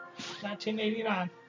1989